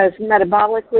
metabolically